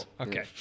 okay